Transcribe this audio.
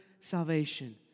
salvation